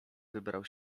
wybrał